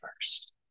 first